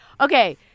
Okay